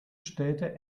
städte